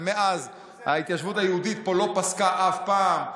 ומאז ההתיישבות היהודית לא פסקה פה אף פעם.